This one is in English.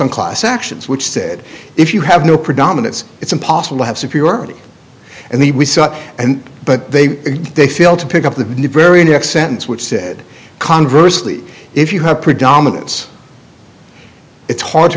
on class actions which said if you have no predominance it's impossible to have security and the and but they they fail to pick up the very next sentence which said conversely if you have predominance it's hard to